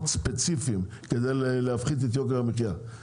ספציפיים כדי להפחית את יוקר המחייה,